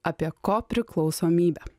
apie kopriklausomybę